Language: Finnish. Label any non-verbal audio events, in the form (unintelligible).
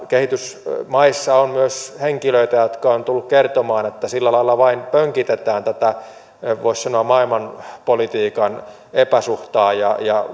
kehitysmaissa on myös henkilöitä jotka ovat tulleet kertomaan että sillä lailla vain pönkitetään tätä voisi sanoa maailmanpolitiikan epäsuhtaa ja ja (unintelligible)